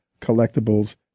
collectibles